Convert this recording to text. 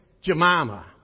Jemima